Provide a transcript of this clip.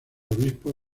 obispo